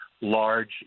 large